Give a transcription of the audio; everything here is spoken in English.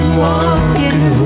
walking